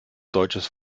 deutsches